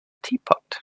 teapot